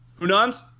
Hunan's